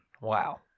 Wow